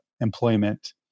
employment